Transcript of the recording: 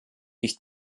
ich